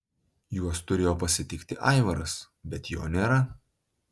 juos turėjo pasitikti aivaras bet jo nėra